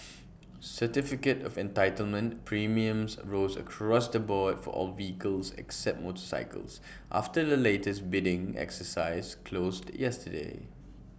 certificate of entitlement premiums rose across the board for all vehicles except motorcycles after the latest bidding exercise closed yesterday